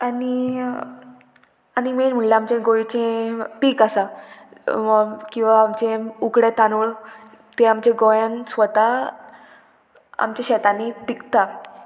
आनी आनी मेन म्हणल्यार आमचे गोंयचें पीक आसा किंवां आमचे उकडें तांदूळ ते आमच्या गोंयान स्वता आमच्या शेतांनी पिकता